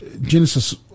Genesis